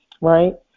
right